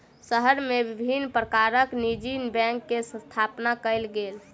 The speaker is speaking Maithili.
शहर मे विभिन्न प्रकारक निजी बैंक के स्थापना कयल गेल